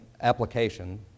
application